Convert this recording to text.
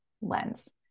lens